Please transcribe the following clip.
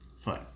Fine